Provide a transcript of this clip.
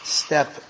step